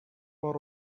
for